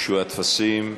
הוגשו הטפסים.